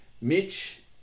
Mitch